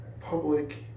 public